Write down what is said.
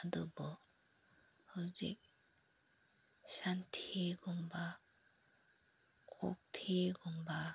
ꯑꯗꯨꯕꯨ ꯍꯧꯖꯤꯛ ꯁꯟꯊꯤꯒꯨꯝꯕ ꯑꯣꯛꯊꯤꯒꯨꯝꯕ